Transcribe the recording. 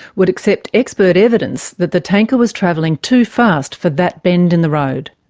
would accept expert evidence that the tanker was travelling too fast for that bend in the road.